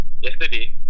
yesterday